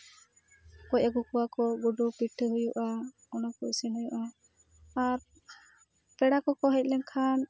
ᱜᱚᱡ ᱟᱜᱩ ᱠᱚᱣᱟ ᱠᱚ ᱜᱳᱰᱳ ᱯᱤᱴᱷᱟᱹ ᱦᱩᱭᱩᱜᱼᱟ ᱚᱱᱟ ᱠᱚ ᱤᱥᱤᱱ ᱦᱩᱭᱩᱜᱼᱟ ᱟᱨ ᱯᱮᱲᱟ ᱠᱚᱠᱚ ᱦᱮᱡ ᱞᱮᱱᱠᱷᱟᱱ